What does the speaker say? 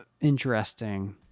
interesting